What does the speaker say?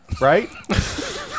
right